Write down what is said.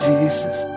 Jesus